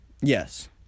Yes